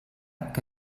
que